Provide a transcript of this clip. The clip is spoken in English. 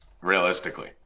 realistically